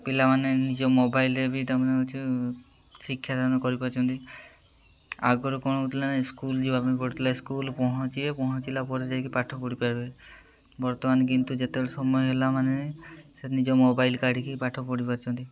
ପିଲାମାନେ ନିଜ ମୋବାଇଲ୍ରେ ବି ତା'ମାନେ କିଛି ଶିକ୍ଷାଦାନ କରିପାରୁଛନ୍ତି ଆଗରୁ କ'ଣ ହେଉଥିଲା ନା ସ୍କୁଲ୍ ଯିବାପାଇଁ ପଡ଼ୁଥିଲା ସ୍କୁଲ୍ ପହଁଞ୍ଚିବେ ପହଁଞ୍ଚିଲା ପରେ ଯାଇକି ପାଠପଢ଼ି ପାରିବେ ବର୍ତ୍ତମାନ କିନ୍ତୁ ଯେତେବେଳେ ସମୟ ହେଲା ମାନେ ସେ ନିଜ ମୋବାଇଲ୍ କାଢ଼ିକି ପାଠପଢ଼ି ପାରୁଛନ୍ତି